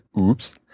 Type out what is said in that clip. Oops